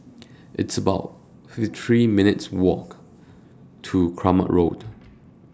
It's about fifty three minutes' Walk to Kramat Road